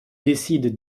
décide